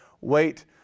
wait